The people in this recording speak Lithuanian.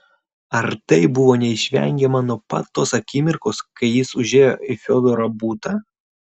ar tai buvo neišvengiama nuo pat tos akimirkos kai jis užėjo į fiodoro butą